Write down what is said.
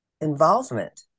involvement